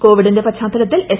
കൊവിഡിന്റെ പശ്ചാത്തലത്തിൽ എസ്